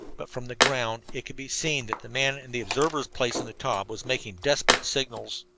but from the ground it could be seen that the man in the observer's place in the taube was making desperate signals.